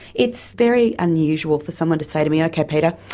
it's very unusual for someone to say to me, okay, peta,